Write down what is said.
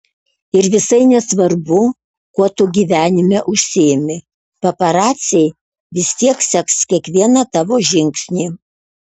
ir visai nesvarbu kuo tu gyvenime užsiimi paparaciai vis tiek seks kiekvieną tavo žingsnį